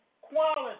quality